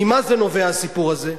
ממה זה נובע הסיפור הזה?